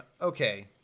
Okay